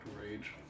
rage